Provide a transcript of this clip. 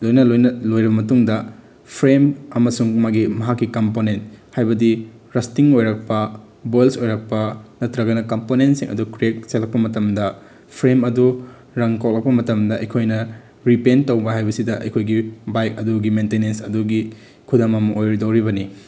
ꯂꯣꯏꯅ ꯂꯣꯏꯅ ꯂꯣꯏꯔꯕ ꯃꯇꯨꯡꯗ ꯐ꯭ꯔꯦꯝ ꯑꯃꯁꯨꯡ ꯃꯥꯒꯤ ꯃꯍꯥꯛꯀꯤ ꯀꯝꯄꯣꯅꯦꯟ ꯍꯥꯏꯕꯗꯤ ꯔꯁꯇꯤꯡ ꯑꯣꯏꯔꯛꯄ ꯕꯣꯏꯜꯁ ꯑꯣꯏꯔꯛꯄ ꯅꯠꯇ꯭ꯔꯒꯅ ꯀꯝꯄꯣꯅꯦꯟꯁꯤꯡ ꯑꯗꯨ ꯀ꯭ꯔꯦꯛ ꯆꯠꯂꯛꯄ ꯃꯇꯝꯗ ꯐ꯭ꯔꯦꯝ ꯑꯗꯨ ꯔꯪ ꯀꯣꯛꯂꯛꯄ ꯃꯇꯝꯗ ꯑꯩꯈꯣꯏꯅ ꯔꯤꯄꯦꯟ ꯇꯧꯕ ꯍꯥꯏꯕꯁꯤꯗ ꯑꯩꯈꯣꯏꯒꯤ ꯕꯥꯏꯛ ꯑꯗꯨꯒꯤ ꯃꯦꯟꯇꯦꯅꯦꯟꯁ ꯑꯗꯨꯒꯤ ꯈꯨꯗꯝ ꯑꯃ ꯑꯣꯏꯒꯗꯧꯔꯤꯕꯅꯤ